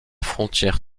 frontière